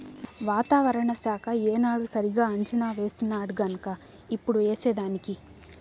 వాతావరణ శాఖ ఏనాడు సరిగా అంచనా వేసినాడుగన్క ఇప్పుడు ఏసేదానికి